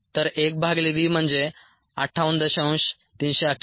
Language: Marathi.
तर 1 भागिले v म्हणजे 58